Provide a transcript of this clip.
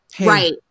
Right